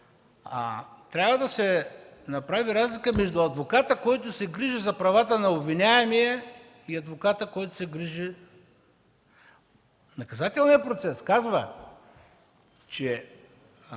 Трябва да се направи разлика между адвоката, който се грижи за правата на обвиняемия, и адвоката, който се грижи... Наказателният процес казва, че